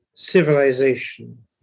Civilization